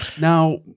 Now